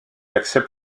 accepte